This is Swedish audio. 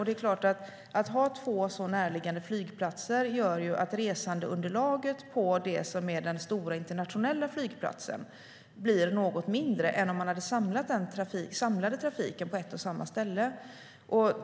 Det är klart att om man har två så närliggande flygplatser blir resandeunderlaget på den stora internationella flygplatsen något mindre än om man hade samlat trafiken till ett och samma ställe.